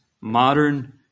modern